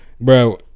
Bro